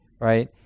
Right